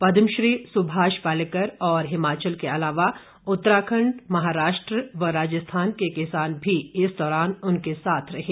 पदमश्री सुभाष पालेकर और हिमाचल के अलावा उत्तराखंड महाराष्ट्र व राजस्थान के किसान भी इस दौरान उनके साथ थे